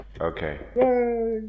Okay